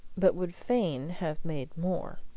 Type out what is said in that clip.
but would fain have made more.